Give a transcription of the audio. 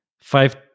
five